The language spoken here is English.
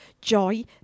joy